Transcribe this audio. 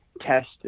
Test